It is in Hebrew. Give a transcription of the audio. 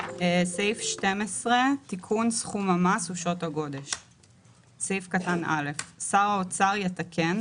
"תיקון סכום המס ושעות הגודש 12. (א)שר האוצר יתקן,